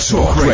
Talk